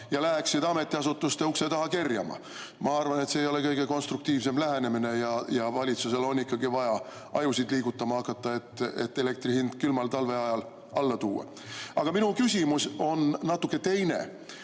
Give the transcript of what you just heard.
ja läheksid ametiasutuste ukse taha kerjama. Ma arvan, et see ei ole kõige konstruktiivsem lähenemine ja valitsusel on ikkagi vaja ajusid liigutama hakata, et elektri hind külmal talvel alla tuua. Minu küsimus on natuke teisel